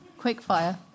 Quickfire